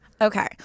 Okay